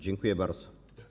Dziękuję bardzo.